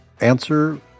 answer